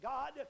God